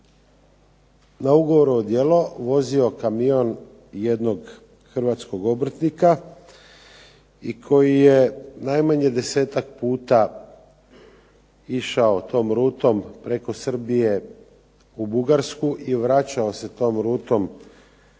na ugovoru o djelu vozio kamion jednog hrvatskog obrtnika i koji je najmanje 10-ak puta išao tom rutom preko Srbije u Bugarsku i vraćao se tom rutom